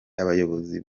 abayobozi